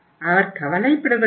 அவர் கவலைப்படுவதில்லை